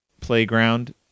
playground